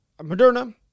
Moderna